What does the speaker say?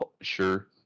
Sure